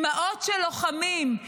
אימהות של לוחמים,